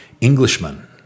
Englishman